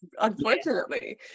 Unfortunately